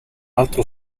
altro